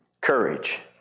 courage